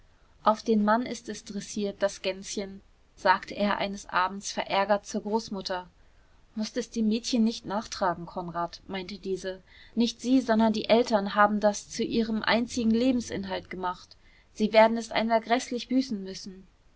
auf den mann ist es dressiert das gänschen sagte er eines abends verärgert zur großmutter mußt es dem mädchen nicht nachtragen konrad meinte diese nicht sie sondern die eltern haben das zu ihrem einzigen lebensinhalt gemacht sie werden es einmal gräßlich büßen müssen